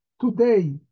Today